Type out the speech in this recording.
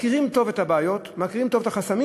מכירים טוב את הבעיות, מכירים טוב את החסמים,